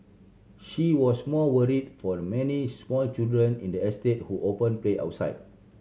she was more worried for the many small children in the estate who often play outside